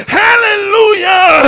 hallelujah